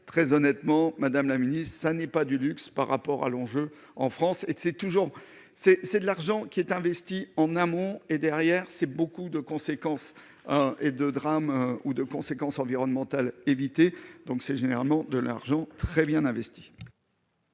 très honnêtement, madame la Ministre, ça n'est pas du luxe par rapport à l'enjeu en France et c'est toujours c'est c'est de l'argent qui est investi en amont et, derrière, c'est beaucoup de conséquences et de drames ou de conséquences environnementales éviter donc c'est généralement de l'argent très bien investi.